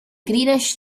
greenish